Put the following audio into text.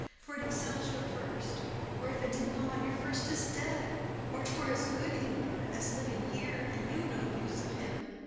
for it excels your first or if it did not, your first is dead or twere as good he were as living here and you no use of him.